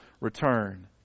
return